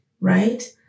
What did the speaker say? right